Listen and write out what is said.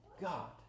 God